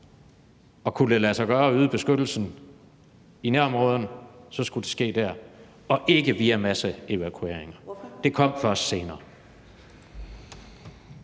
og kunne det lade sig gøre at yde beskyttelsen i nærområderne, skulle det ske der, og ikke via masseevakueringer. Det kom først senere.